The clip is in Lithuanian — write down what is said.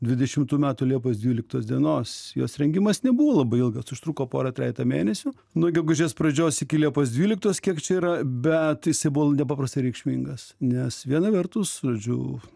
dvidešimtų metų liepos dvyliktos dienos jos rengimas nebuvo labai ilgas užtruko porą trejetą mėnesių nuo gegužės pradžios iki liepos dvyliktos kiek čia yra bet jisai buvo nepaprastai reikšmingas nes viena vertus žodžiu